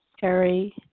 Carrie